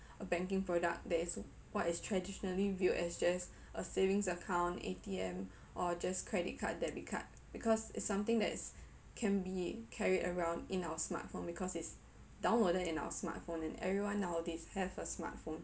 a banking product that is what is traditionally viewed as just a savings account A_T_M or just credit card debit card because is something that's can be carried around in our smartphone because it's downloaded in our smartphone and everyone nowadays have a smartphone